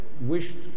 wished